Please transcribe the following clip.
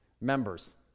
Members